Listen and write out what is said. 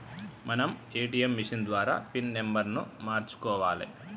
మనం ATM machine ద్వారా pin నెంబర్ను మార్చుకోవాలే